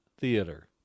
Theater